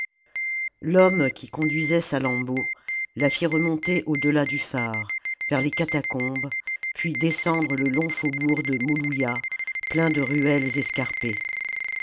l'homme qui conduisait salammbô la fit remonter au delà du phare vers les catacombes puis descendre le long faubourg de molouya plein de ruelles escarpées